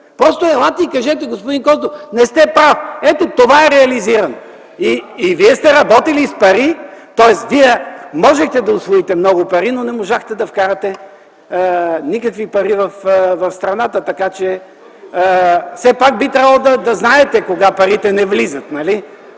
Просто елате и кажете: „Господин Костов, не сте прав, това е реализирано!”. Вие сте работили с пари, т.е. Вие можехте да усвоите много пари, но не можахте да вкарате никакви пари в страната. Все пак би трябвало да знаете кога парите не влизат, нали?!